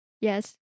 yes